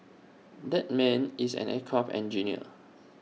that man is an aircraft engineer